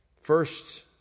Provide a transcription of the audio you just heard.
First